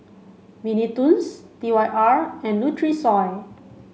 Mini Toons T Y R and Nutrisoy